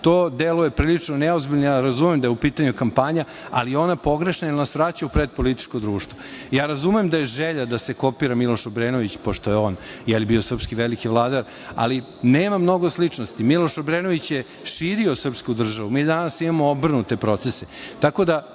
To deluje prilično neozbiljno i razumem da je u pitanju kampanja, ali ona je pogrešna, jer nas vraća u pretpolitičko društvo. Ja razumem da je želja da se kopira Miloš Obrenović, pošto je on bio srpski veliki vladar, ali nema mnogo sličnosti. Miloš Obrenović je širio srpsku državu, a mi danas imamo obrnute proces.